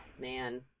man